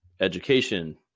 education